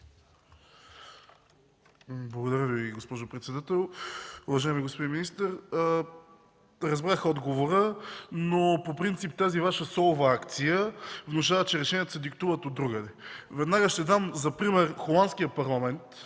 Благодаря Ви, госпожо председател. Уважаеми господин министър, разбрах отговора, но по принцип тази Ваша солова акция внушава, че решенията се диктуват от другаде. Веднага ще дам за пример Холандския парламент,